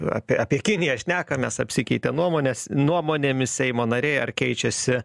apie apie kiniją šnekamės apsikeitė nuomones nuomonėmis seimo nariai ar keičiasi